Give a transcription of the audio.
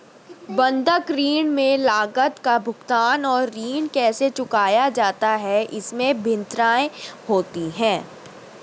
बंधक ऋण में लागत का भुगतान और ऋण कैसे चुकाया जाता है, इसमें भिन्नताएं होती हैं